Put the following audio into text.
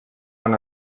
han